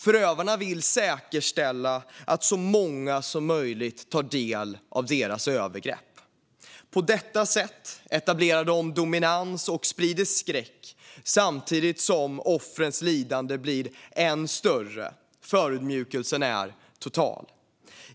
Förövarna vill säkerställa att så många som möjligt tar del av deras övergrepp. På detta sätt etablerar de dominans och sprider skräck, samtidigt som offrets lidande blir än större. Förödmjukelsen är total.